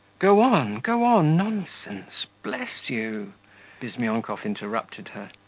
go on, go on! nonsense! bless you bizmyonkov interrupted her.